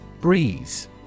Breeze